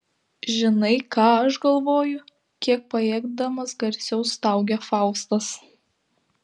žinai ką aš galvoju kiek pajėgdamas garsiau staugia faustas